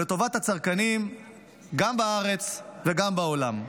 היא לטובת הצרכנים גם בארץ וגם בעולם.